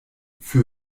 für